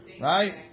right